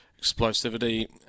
explosivity